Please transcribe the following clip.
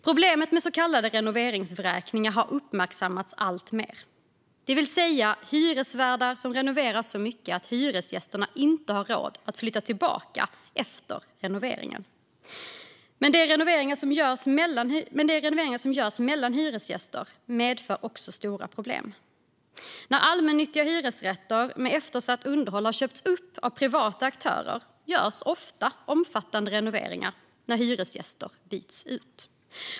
Problemet med så kallade renovräkningar har uppmärksammats alltmer, det vill säga att hyresvärdar renoverar så mycket att hyresgästerna inte har råd att flytta tillbaka efter renoveringen. Men de renoveringar som görs mellan hyresgäster medför också problem. När allmännyttiga hyresrätter med eftersatt underhåll har köpts upp av privata aktörer görs ofta en omfattande renovering när hyresgäster byts ut.